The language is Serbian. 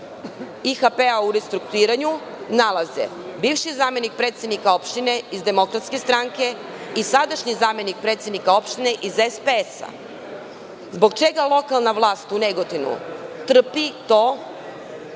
IHP u restrukturiranju nalaze bivši zamenik predsednika opštine iz DS i sadašnji zamenik predsednika opštine iz SPS. Zbog čega lokalna vlast u Negotinu trpi to